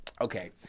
Okay